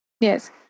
Yes